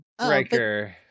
Riker